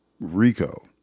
Rico